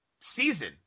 season